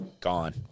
gone